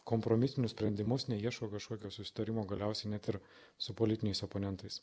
kompromisinius sprendimus neieško kažkokio susitarimo galiausiai net ir su politiniais oponentais